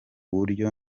buryo